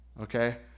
okay